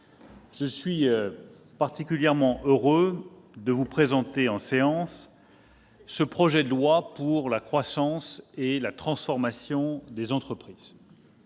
je suis particulièrement heureux de vous présenter en séance ce projet de loi relatif à la croissance et la transformation des entreprises,